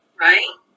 right